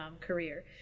career